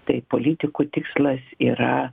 tai politikų tikslas yra